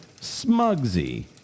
Smugsy